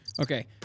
Okay